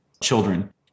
children